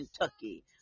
Kentucky